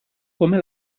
come